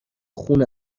خون